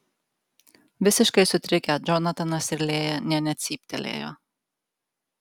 visiškai sutrikę džonatanas ir lėja nė necyptelėjo